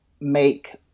make